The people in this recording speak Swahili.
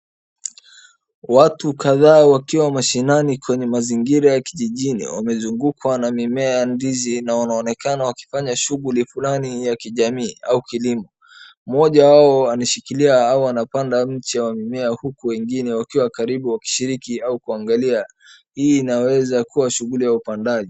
Watu kadhaa wakiwa mashinani kwenye mazingira ya kijijini wamezungukwa na mimea ya ndizi, na wanaonekana wakifanya shughuli fulani ya kijamii au kilimo. Mmoja wao ameshikilia au anapanda mche wa mmea huku wengine wakiwa karibu wakishiriki au kuangalia. Hii inaweza kuwa shughuli ya upandaji.